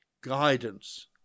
Guidance